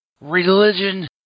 Religion